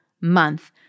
month